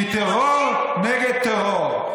כי טרור נגד טרור.